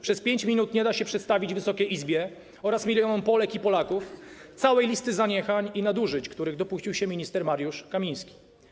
Przez 5 minut nie da się przedstawić Wysokiej Izbie oraz milionom Polek i Polaków całej listy zaniechań i nadużyć, których dopuścił się minister Mariusz Kamiński.